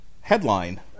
Headline